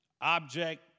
Object